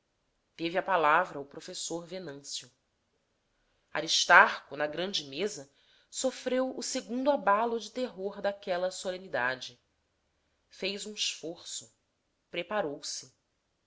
teve a palavra o professor venâncio aristarco na grande mesa sofreu o segundo abalo de terror daquela solenidade fez um esforço preparou-se